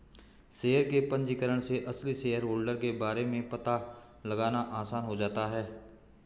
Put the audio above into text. share के पंजीकरण से असली शेयरहोल्डर के बारे में पता लगाना आसान हो जाता है